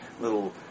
little